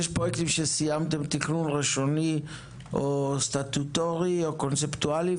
יש פרויקטים שסיימתם תכנון ראשוני או סטטוטורי או קונספטואלי,